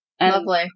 Lovely